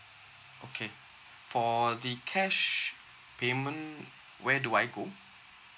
okay for the cash payment where do I go